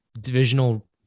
divisional